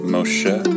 Moshe